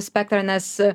spektrą nes